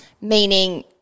meaning